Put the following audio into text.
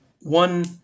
One